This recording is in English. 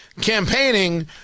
campaigning